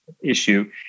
issue